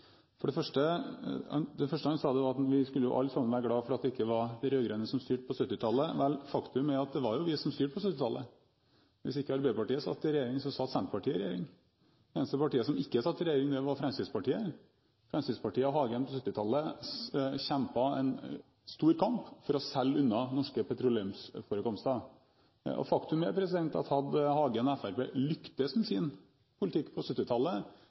Det første han sa, var at vi alle sammen skulle være glad for at det ikke var de rød-grønne som styrte på 1970-tallet. Faktum er jo at det var vi som styrte på 1970-tallet. Hvis ikke Arbeiderpartiet satt i regjering, så satt Senterpartiet i regjering. Det eneste partiet som ikke satt i regjering, var Fremskrittspartiet. Fremskrittspartiet og Hagen kjempet på 1970-tallet en stor kamp for å selge unna norske petroleumsforekomster. Faktum er at hadde Hagen og Fremskrittspartiet lyktes med sin politikk på